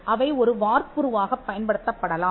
அவை ஒரு வார்ப்புருவாகப் பயன்படுத்தப்படலாம்